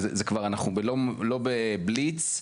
אנחנו לא בבליץ,